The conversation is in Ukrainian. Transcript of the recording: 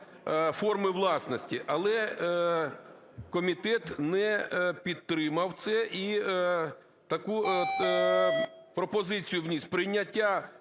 форми власності". Але комітет не підтримав це і таку пропозицію вніс: прийняття